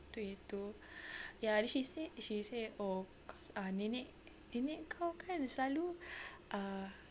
twenty two ya then she say she say oh cause ah nenek nenek kau kan selalu ah